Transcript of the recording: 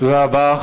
תודה רבה.